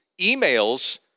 emails